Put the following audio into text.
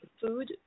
food